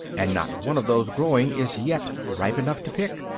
and not one of those growing is yet ripe enough to pick.